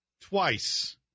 twice